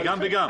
וגם.